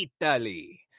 Italy